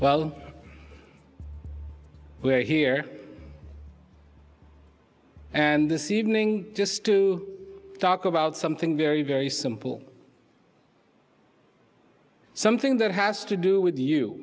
well we're here and this evening just to talk about something very very simple something that has to do with you